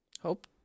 Hope